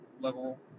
level